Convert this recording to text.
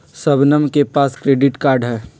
शबनम के पास credit card हई